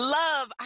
love